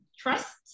Trust